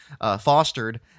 fostered